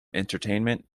entertainment